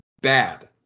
bad